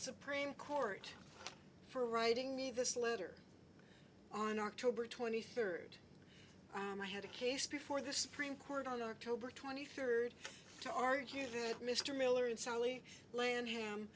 supreme court for writing this letter on october twenty third i had a case before the supreme court on october twenty third to argue mr miller and sally land